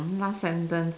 last sentence